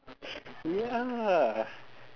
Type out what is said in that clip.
ya